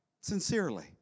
Sincerely